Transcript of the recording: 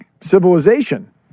civilization